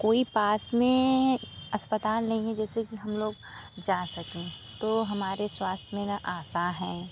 कोई पास में अस्पताल नहीं जैसे कि हम लोग जा सकें तो हमारे स्वास्थ्य में ना आसान हैं